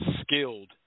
skilled